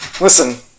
Listen